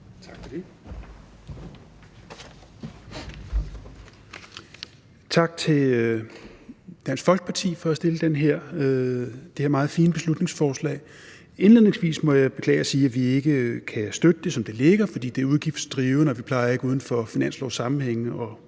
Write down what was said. Tak til Dansk Folkeparti for at fremsætte det her meget fine beslutningsforslag. Indledningsvis må jeg beklage og sige, at vi ikke kan støtte det, som det ligger, fordi det er udgiftsdrivende, og vi plejer ikke uden for finanslovssammenhæng at